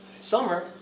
summer